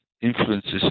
influences